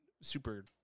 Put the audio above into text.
super